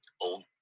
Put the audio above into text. old